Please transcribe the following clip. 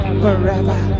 forever